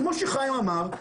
כמו שחיים אמר,